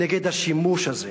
נגד השימוש הזה